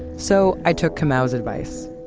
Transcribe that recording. so, i took kamau's advice.